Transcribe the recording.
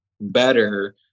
better